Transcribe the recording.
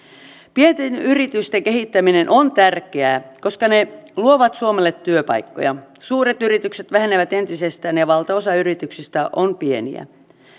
pienten yritysten kehittäminen on tärkeää koska ne luovat suomelle työpaikkoja suuret yritykset vähenevät entisestään ja valtaosa yrityksistä on pieniä